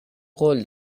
قول